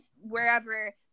wherever